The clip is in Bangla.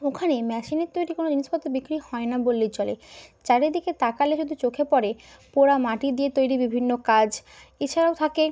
ওখানে মেশিনের তৈরি কোনো জিনিসপত্র বিক্রি হয় না বললেই চলে চারিদিকে তাকালে শুধু চোখে পড়ে পোড়ামাটি দিয়ে তৈরি বিভিন্ন কাজ এছাড়াও থাকে